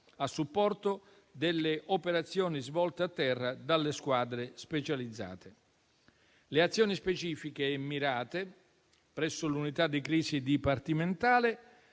a supporto delle operazioni svolte a terra dalle squadre specializzate. Le azioni specifiche e mirate presso l'unità di crisi dipartimentale